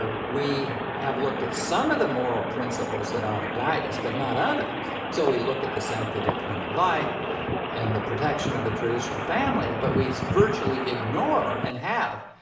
ah we have looked at some of the moral principles that ought to guide us but not others. so we look at the sanctity of human life and the protection of the traditional family, but we virtually ignore and have,